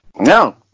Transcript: No